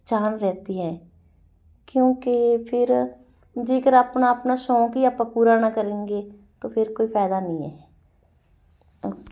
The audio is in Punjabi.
ਚਾਅ ਰਹਿਤੀ ਹੈ ਕਿਉਂਕਿ ਫਿਰ ਜੇਕਰ ਆਪਣਾ ਆਪਣਾ ਸ਼ੌਂਕ ਹੀ ਆਪਾਂ ਪੂਰਾ ਨਾ ਕਰੇਂਗੇ ਤੋ ਫਿਰ ਕੋਈ ਫ਼ਾਇਦਾ ਨਹੀਂ ਹੈ ਓਕੇ